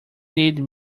need